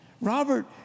Robert